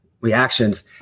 reactions